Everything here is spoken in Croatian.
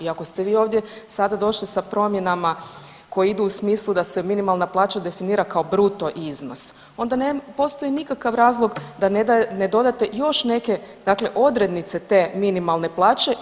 I ako ste vi ovdje sada došli sa promjenama koje idu u smislu da se minimalna plaća definira kao bruto iznos onda ne postoji nikakav razlog da ne dodate još neke dakle odrednice te minimalne plaće.